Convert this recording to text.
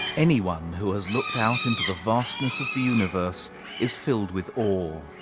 anyone who has looked out into the vastness of the universe is filled with awe.